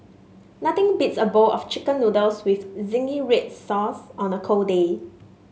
nothing beats a bowl of chicken noodles with zingy red sauce on a cold day